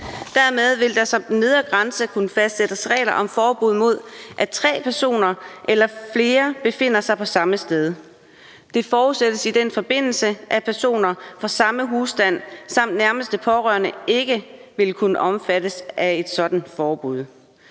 Dermed vil der som den nedre grænse kunne fastsættes regler om forbud mod, at tre personer eller flere befinder sig på samme sted. Det forudsættes i den forbindelse, at personer fra samme husstand samt nærmeste pårørende ikke vil kunne omfattes af et sådant forbud.